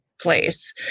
place